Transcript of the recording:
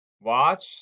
Watch